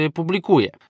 publikuje